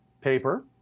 paper